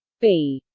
b.